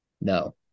No